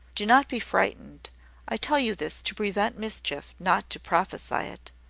do not be frightened i tell you this to prevent mischief, not to prophesy it.